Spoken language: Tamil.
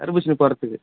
தர்பூசணி போடுறத்துக்கு